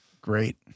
Great